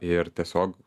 ir tiesiogiai